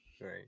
Right